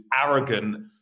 arrogant